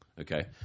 Okay